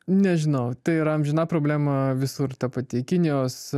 nežinau tai yra amžina problema visur ta pati kinijos